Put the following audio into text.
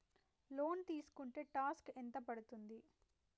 Loan తీస్కుంటే tax ఎంత పడ్తుంది?